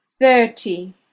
thirty